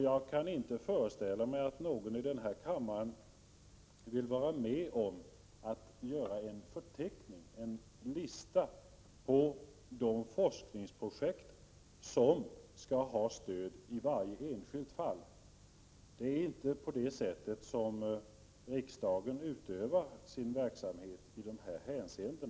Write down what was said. Jag kan inte föreställa mig att någon i denna kammare vill vara med om att göra en lista på de forskningsprojekt som skall ha stöd i varje enskilt fall. Det är inte på det sättet som riksdagen utövar sin verksamhet i dessa hänseenden.